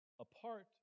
Apart